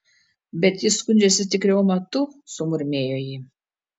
bet jis skundžiasi tik reumatu sumurmėjo ji